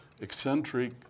eccentric